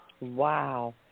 Wow